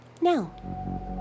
Now